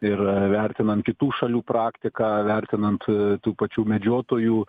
ir vertinant kitų šalių praktiką vertinant a tų pačių medžiotojų